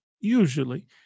usually